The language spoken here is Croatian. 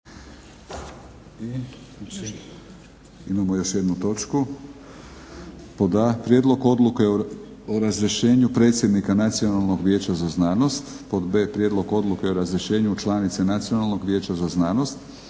Imamo još jednu točku - a) Prijedlog odluke o razrješenju predsjednika Nacionalnog vijeća za znanost b) Prijedlog odluke o razrješenju članice Nacionalnog vijeća za znanost